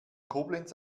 koblenz